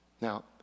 Now